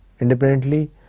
independently